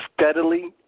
Steadily